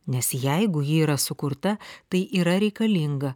nes jeigu ji yra sukurta tai yra reikalinga